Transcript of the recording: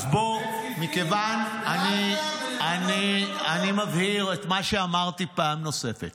זה הקריטריון למשרת מילואים פעיל.